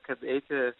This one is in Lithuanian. kad eiti